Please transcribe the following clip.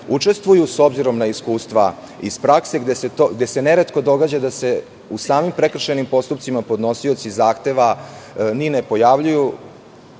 aktivno, s obzirom na iskustva iz praske, gde se neretko događa da se u samim prekršajnim postupcima podnosioci zahteva ni ne pojavljuju,